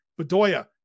Bedoya